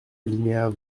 alinéas